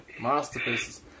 Masterpieces